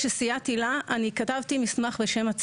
נחכה בסבלנות לתוצאות